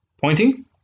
pointing